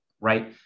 right